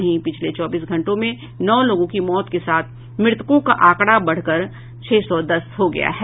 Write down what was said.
वहीं पिछले चौबीस घंटों में नौ लोगों की मौत के साथ मृतकों का आंकड़ा बढ़कर छह सौ दस हो गया है